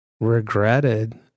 regretted